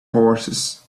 horses